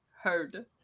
heard